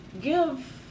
give